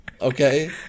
Okay